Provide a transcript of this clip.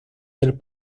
del